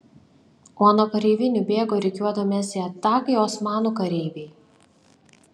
o nuo kareivinių bėgo rikiuodamiesi atakai osmanų kareiviai